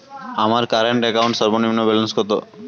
আমার current account সর্বনিম্ন balance কত?